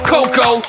Coco